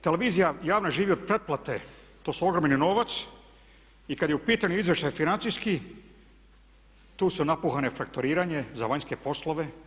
Televizija javna živi od pretplate, to je ogromni novac i kad je u pitanju izvještaj financijski tu su napuhane fakturiranje za vanjske poslove.